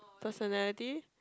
personality